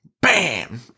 bam